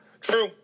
true